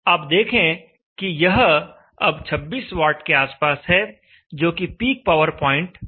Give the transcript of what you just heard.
आप देखें कि यह अब 26 वाट के आसपास है जोकि पीक पावर पॉइंट है